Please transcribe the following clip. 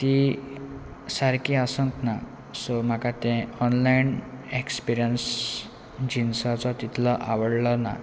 ती सारकी आसूंक ना सो म्हाका तें ऑनलायन एक्सपिरियन्स जिन्साचो तितलो आवडलो ना